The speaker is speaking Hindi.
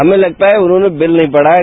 हमें लगता है उन्होंने बिल नहीं पढ़ा है